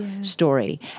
story